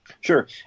Sure